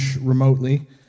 remotely